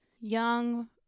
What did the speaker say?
young